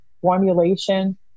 formulation